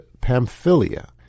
Pamphylia